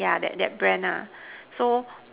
yeah that that that brand lah so